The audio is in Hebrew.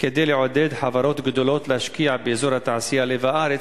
כדי לעודד חברות גדולות להשקיע באזור התעשייה "לב הארץ"